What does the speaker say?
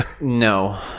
No